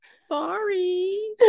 Sorry